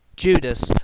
Judas